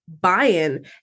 buy-in